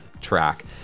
track